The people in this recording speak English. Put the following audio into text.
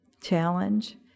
challenge